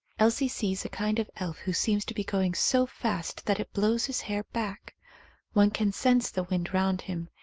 elsie sees a kind of elf who seems to be going so fast that it blows his hair back one can sense the wind round him,